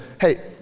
Hey